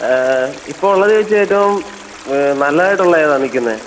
ഇപ്പോൾ ഉള്ളതിൽ വെച്ച് ഏറ്റവും നല്ലതായിട്ടുള്ള ഏതാണ് നിൽക്കുന്നത്